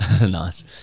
Nice